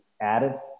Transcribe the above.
added